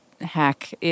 hack